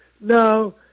No